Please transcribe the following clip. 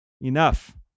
Enough